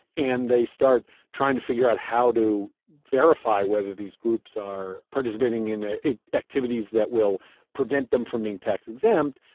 and they start trying to figure out how to verify whether these groups are participating in ah in activities that will prevent them from being tax exempt,